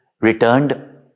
returned